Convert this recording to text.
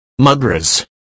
Mudras